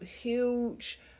huge